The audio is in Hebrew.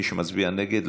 ומי שמצביע נגד,